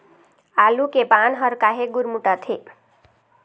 आलू के पान हर काहे गुरमुटाथे?